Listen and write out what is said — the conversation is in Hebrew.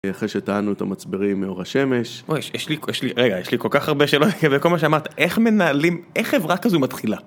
אחרי שטענו את המצברים מאור השמש. רגע, יש לי כל כך הרבה שאלות, וכל מה שאמרת, איך מנהלים, איך חברה כזו מתחילה?